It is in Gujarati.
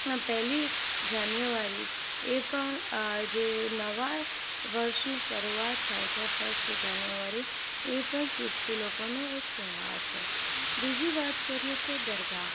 અને પહેલી જાન્યુઆરીએ પણ જે નવા વર્ષની શરૂઆત થાય છે ફસ્ટ જાન્યુઆરી એ પણ ખ્રિસ્તી લોકોનો એક તહેવાર છે બીજી વાત કરીએ તો દરગાહ